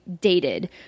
dated